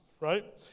Right